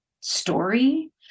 story